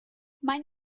mein